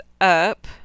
up